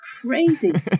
crazy